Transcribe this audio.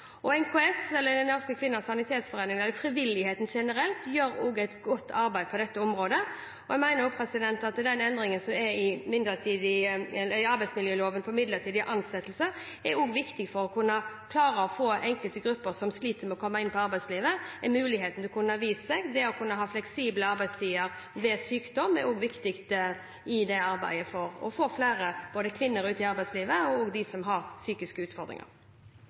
NKS, Norske Kvinners Sanitetsforening, og frivilligheten generelt gjør et godt arbeid på dette området. Jeg mener også at den endringen som er i arbeidsmiljøloven når det gjelder midlertidige ansettelser, er viktig for å kunne klare å få enkelte grupper som sliter med å komme inn i arbeidslivet, muligheten til å kunne få vist seg. Det å kunne ha fleksible arbeidstider ved sykdom er også viktig i arbeidet for å få både flere kvinner og dem som har utfordringer med psykisk helse, ut i arbeidslivet. Replikkordskiftet er dermed omme. De talerne som heretter får ordet, har